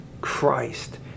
Christ